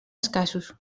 escassos